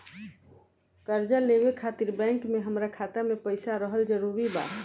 कर्जा लेवे खातिर बैंक मे हमरा खाता मे पईसा रहल जरूरी बा?